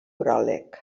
pròleg